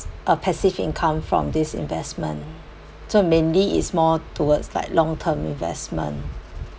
a passive income from this investment so mainly it's more towards like long term investment